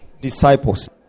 disciples